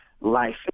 life